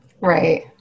Right